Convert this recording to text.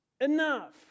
enough